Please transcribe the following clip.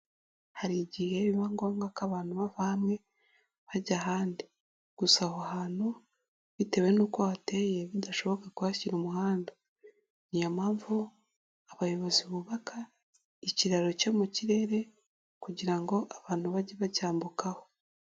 Hari igihe biba ngombwa ko abantu bava bajya ahandi gusa aho hantu bitewe n'uko hateye bidashoboka kuhashyira umuhanda, ni iyo mpamvu abayobozi bubaka ikiraro cyo mu kirere kugira ngo abantu bajye bacyambukaho.